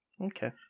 Okay